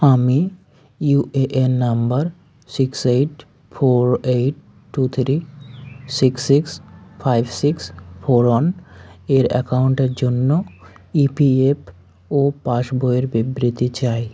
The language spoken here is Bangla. আমি UAN number six eight four eight two three six six five six four one এর অ্যাকাউন্টের জন্য ইপিএফও পাসবইয়ের বিবৃতি চাই